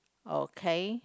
okay